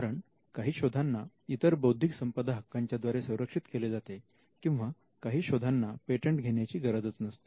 कारण काही शोधांना इतर बौद्धिक संपदा हक्कांच्या द्वारे संरक्षित केले जाते किंवा काही शोधांना पेटंट घेण्याची गरजच नसते